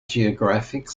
geographic